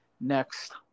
next